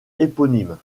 éponyme